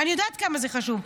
אני יודעת כמה זה חשוב.